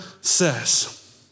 says